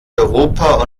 europa